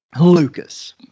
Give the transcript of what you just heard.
Lucas